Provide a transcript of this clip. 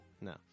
No